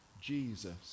Jesus